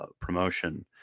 promotion